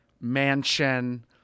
mansion